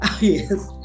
Yes